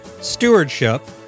stewardship